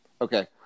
Okay